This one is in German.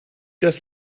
das